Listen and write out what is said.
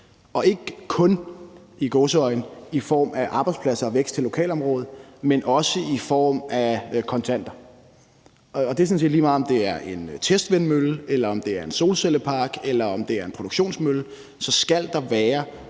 ikke i gåseøjne kun i form af arbejdspladser og vækst i lokalområdet, men også i form af kontanter. Og det er sådan set lige meget, om det er en testvindmølle, om det er en solcellepark, eller om det er en produktionsmølle: Der skal være